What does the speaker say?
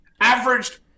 averaged